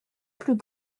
plus